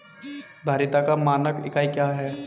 धारिता का मानक इकाई क्या है?